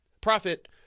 Profit